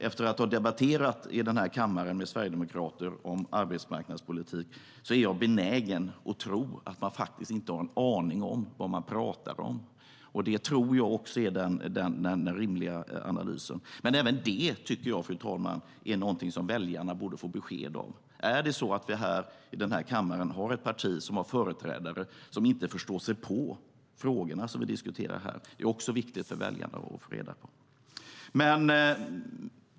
Efter att ha debatterat arbetsmarknadspolitik med sverigedemokrater i kammaren, fru talman, är jag benägen att tro att de faktiskt inte har en aning om vad de pratar om. Det tror jag är den rimliga analysen. Även det tycker jag dock är något väljarna borde få besked om, fru talman. Är det så att vi i kammaren har ett parti som har företrädare som inte förstår sig på de frågor vi diskuterar här? Det är också viktigt för väljarna att få reda på.